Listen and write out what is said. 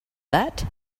that